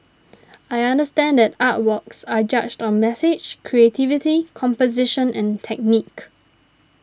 I understand that artworks are judged on message creativity composition and technique